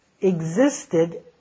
existed